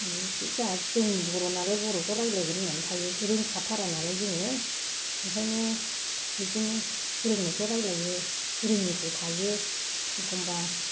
जोंहा जों बर' नालाय बर'खौ रायलायगोन होननानै थायो रोंखाथारा नालाय जोङो ओंखायनो बिदिनो रोंनायखौ रायलायो रोङिखौ थायो एखनब्ला